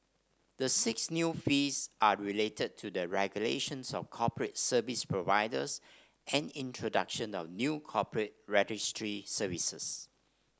the six new fees are related to the regulations of corporate service providers and introduction of new corporate registry services